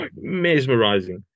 mesmerizing